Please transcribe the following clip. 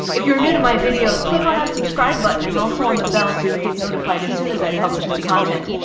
if you're new to my videos, click on that subscribe button and also on the bell. so you get notified as soon as i publish new content.